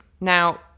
now